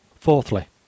Fourthly